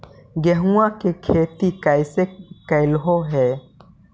गेहूआ के खेती कैसे कैलहो हे?